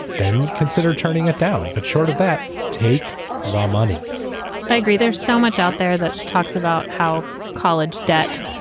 then consider turning it down. but short of that, take the money i agree. there's so much out there that talks about how college debt